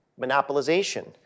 monopolization